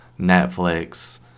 Netflix